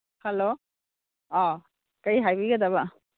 hello ꯑꯧ ꯀꯔꯤ ꯍꯥꯏꯕꯤꯒꯗꯕ